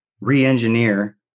re-engineer